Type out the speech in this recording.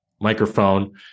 microphone